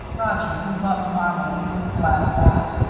roger, who loved marmalade, was glad of that.